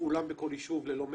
אולם בכל יישוב ללא מצ'ינג.